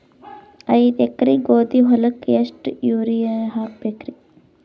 ಐದ ಎಕರಿ ಗೋಧಿ ಹೊಲಕ್ಕ ಎಷ್ಟ ಯೂರಿಯಹಾಕಬೆಕ್ರಿ?